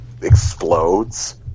explodes